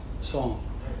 song